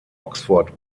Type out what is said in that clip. oxford